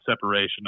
separation